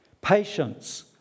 Patience